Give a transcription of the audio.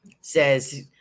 says